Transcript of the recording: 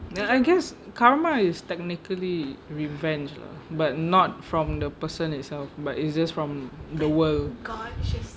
ya I guess karma is technically revenge lah but not from the person itself but it's just from the world